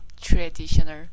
traditional